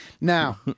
Now